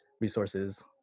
resources